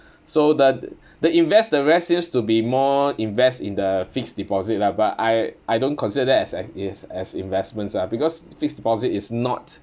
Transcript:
so that they invest the rest seems to be more invest in the fixed deposit lah but I I don't consider that as is as investments ah because fixed deposit is not